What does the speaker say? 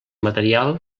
material